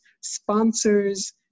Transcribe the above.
sponsors